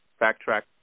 backtrack